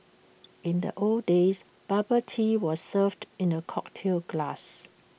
in the old days bubble tea was served in A cocktail glass